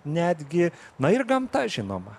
netgi na ir gamta žinoma